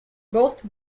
both